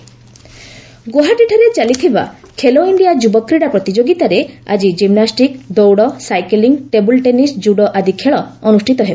Khelo India ଗୌହାଟୀଠାରେ ଚାଲିଥିବା Khelo India ଯୁବ କ୍ରୀଡ଼ା ପ୍ରତିଯୋଗିତାରେ ଆଜି ଜିମ୍ନାଷ୍ଟିକ୍ ଦୌଡ଼ ସାଇକେଲିଂ ଟେବୁଲ୍ ଟେନିସ୍ ଜୁଡ଼ୋ ଆଦି ଖେଳ ଅନୁଷ୍ଠିତ ହେବ